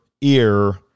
ear